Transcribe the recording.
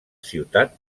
ciutat